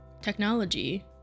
technology